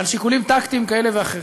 על שיקולים טקטיים כאלה ואחרים,